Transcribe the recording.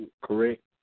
correct